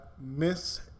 Miss